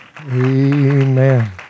Amen